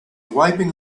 wiping